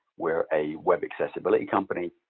we're a web accessibility company.